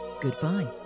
Goodbye